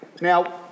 Now